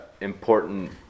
important